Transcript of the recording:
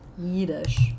Yiddish